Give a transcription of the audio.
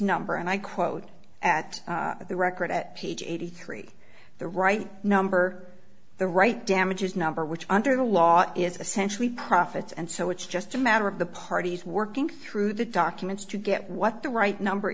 number and i quote at the record at page eighty three the right number the right damages number which under the law is essentially profits and so it's just a matter of the parties working through the documents to get what the right number